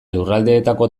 lurraldeetako